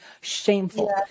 shameful